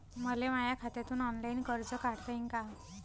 मले माया खात्यातून ऑनलाईन कर्ज काढता येईन का?